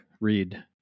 read